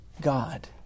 God